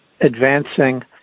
advancing